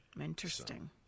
Interesting